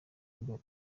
mbere